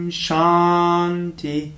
shanti